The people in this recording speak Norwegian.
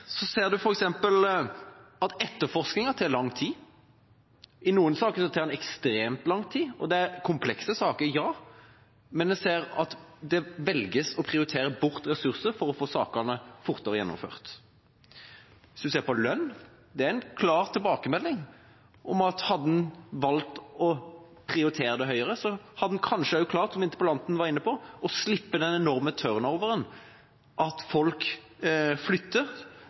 ser man f.eks. at etterforskinga tar lang tid. I noen saker tar den ekstremt lang tid. Det er komplekse saker, men man ser at det prioriteres å velge bort ressurser for å få sakene fortere gjennomført. Hvis man ser på lønn, er det klare tilbakemeldinger om at hadde man valgt å prioritere lønn høyere, hadde man kanskje klart – som interpellanten var inne på – å slippe en enorme «turn over», at folk